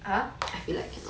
!huh!